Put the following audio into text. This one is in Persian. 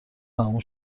تموم